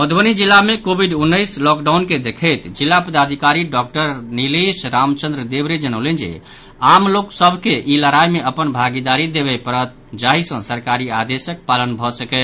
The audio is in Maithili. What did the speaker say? मधुबनी जिला मे कोविड उन्नैस लॉकडाउन के देखैत जिला पदाधिकारी डॉक्टर निलेश रामचंद्र देबरे जनौलनि जे आम लोक सभ के ई लड़ाई मे अपन भागीदारी देबय पड़त जाहि सँ सरकारी आदेशक पालन भऽ सकय